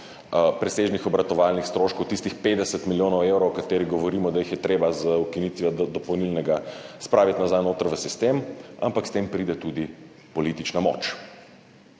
presežnih obratovalnih stroškov, tistih 50 milijonov evrov, o katerih govorimo, da jih je treba z ukinitvijo dopolnilnega spraviti nazaj v sistem, ampak s tem pride tudi politična moč.